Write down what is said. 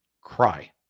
cry